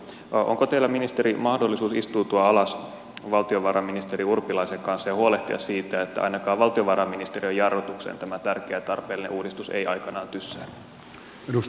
onko teillä ministeri mahdollisuus istuutua alas valtiovarainministeri urpilaisen kanssa ja huolehtia siitä että ainakaan valtiovarainministeriön jarrutukseen tämä tärkeä ja tarpeellinen uudistus ei aikanaan tyssää